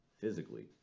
physically